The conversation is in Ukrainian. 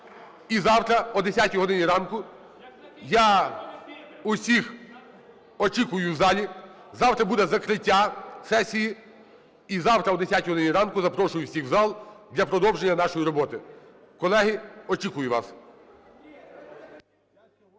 І завтра о 10 годині ранку я всіх очікую в залі. Завтра буде закриття сесії. І завтра о 10 годині ранку запрошую всіх в зал для продовження нашої роботи. Колеги, очікую вас.